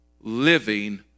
Living